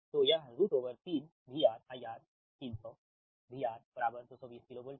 तो यह3 VRIR 300 VR 220 KV है